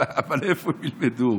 אבל איפה ילמדו?